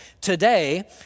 today